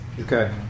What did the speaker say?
Okay